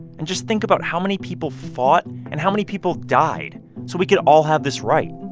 and just think about how many people fought and how many people died so we could all have this right.